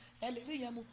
Hallelujah